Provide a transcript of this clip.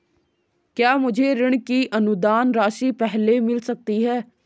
क्या मुझे ऋण की अनुदान राशि पहले मिल सकती है?